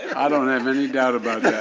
i don't have any doubt about